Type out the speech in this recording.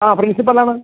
ആ പ്രിൻസിപ്പൾ ആണ്